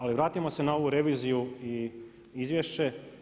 Ali, vratimo se na ovu reviziju i izvješće.